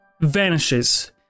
vanishes